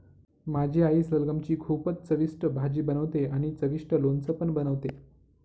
माझी आई सलगम ची खूपच चविष्ट भाजी बनवते आणि चविष्ट लोणचं पण बनवते